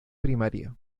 primaria